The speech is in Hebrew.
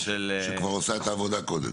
--- שכבר עושה את העבודה קודם.